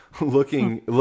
looking